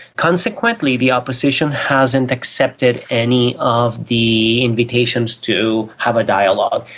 consequently the opposition hasn't accepted any of the invitations to have a dialogue.